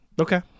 okay